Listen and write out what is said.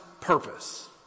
purpose